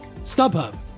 StubHub